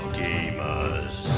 gamers